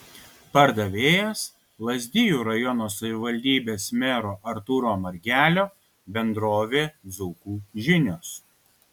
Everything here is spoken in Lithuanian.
pardavėjas lazdijų rajono savivaldybės mero artūro margelio bendrovė dzūkų žinios